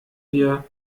wir